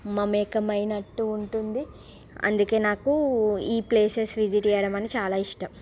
ఏకమైనట్టు ఉంటుంది అందుకే నాకు ఈ ప్లేసెస్ విజిట్ చేయడం అంటే చాలా ఇష్టం